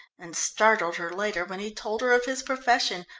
and startled her later when he told her of his profession,